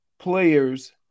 players